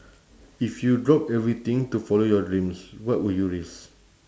if you drop everything to follow your dreams what would you risk